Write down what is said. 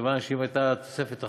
מכיוון שאם הייתה תוספת אחוזית,